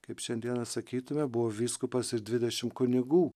kaip šiandien sakytume buvo vyskupas ir dvidešimt kunigų